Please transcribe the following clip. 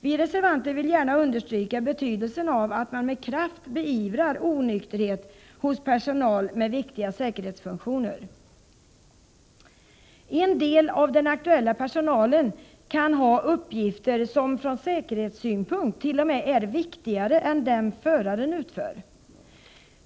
Vi reservanter vill gärna understryka betydelsen av att man med kraft beivrar onykterhet hos personal med viktiga säkerhetsfunktioner. En del av den aktuella personalen kan ha uppgifter som från säkerhetssynpunkt t.o.m. är viktigare än dem föraren utför.